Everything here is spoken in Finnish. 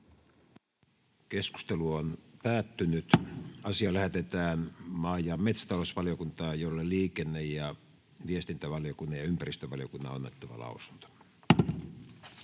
ehdottaa, että asia lähetetään maa- ja metsätalousvaliokuntaan, jolle liikenne- ja viestintävaliokunnan sekä ympäristövaliokunnan on annettava lausunto.